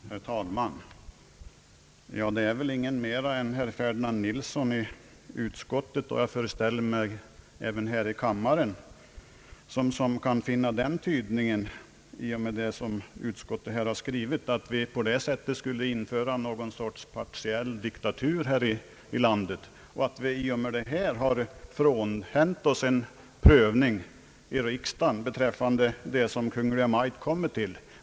Herr talman! Det är väl ingen mer än herr Ferdinand Nilsson i utskottet — och jag föreställer mig även här i kammaren — som kan tyda vad utskottet skrivit så, att vi skulle införa något slags partiell diktatur här i landet och att vi i och med detta frånhänt oss en prövning i riksdagen av Kungl. Maj:ts förslag.